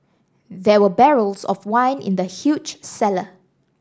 there were barrels of wine in the huge cellar